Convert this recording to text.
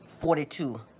Forty-two